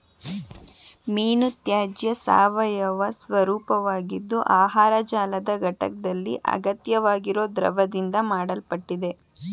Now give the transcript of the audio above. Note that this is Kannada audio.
ಮೀನುತ್ಯಾಜ್ಯ ಸಾವಯವ ಸ್ವರೂಪವಾಗಿದ್ದು ಆಹಾರ ಜಾಲದ ಘಟಕ್ದಲ್ಲಿ ಅಗತ್ಯವಾಗಿರೊ ದ್ರವ್ಯದಿಂದ ಮಾಡಲ್ಪಟ್ಟಿದೆ